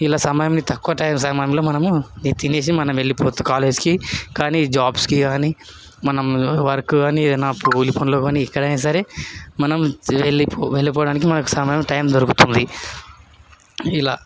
ఇలా సమయాన్ని తక్కువ సమయంలో మనము తినేసి మనం వెళ్ళిపోవచ్చు కాలేజీకి కానీ జాబ్స్కి కానీ మనం వర్క్ కానీ ఏదైనా కూలి పనిలో కానీ ఎక్కడైనా సరే మనం వెళ్ళిపో వెళ్ళిపోవడానికి మనకు సమయం టైం దొరుకుతుంది ఇలా